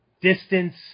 distance